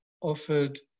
offered